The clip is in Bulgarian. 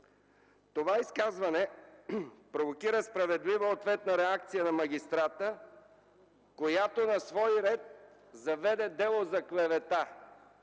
Това изказване провокира справедлива ответна реакция на магистрата, която на свой ред заведе дело за клевета.